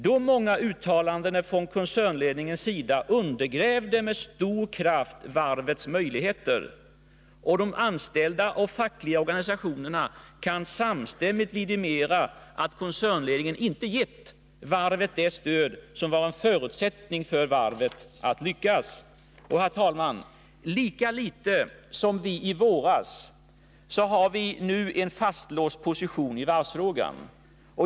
De många uttalandena från koncernledningens sida undergrävde med stor kraft varvets möjligheter. De anställda och de fackliga organisationerna kan samstämmigt intyga att koncernledningen inte gett varvet det stöd som var en förutsättning för att varvet skulle lyckas. Och, herr talman, lika litet som i våras har vi nu en fastlåst position i varvsfrågan.